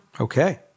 Okay